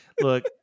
look